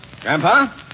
Grandpa